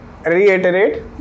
Reiterate